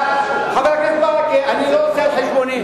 חבר הכנסת ברכה, אני לא רוצה על חשבוני.